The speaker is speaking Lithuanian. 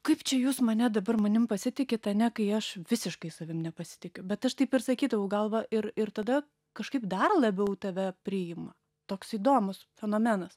kaip čia jūs mane dabar manim pasitikit ane kai aš visiškai savim nepasitikiu bet aš taip ir sakydavau gal va ir ir tada kažkaip dar labiau tave priima toks įdomus fenomenas